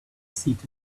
seated